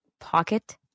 Pocket